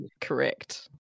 Correct